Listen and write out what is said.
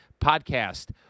podcast